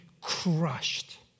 crushed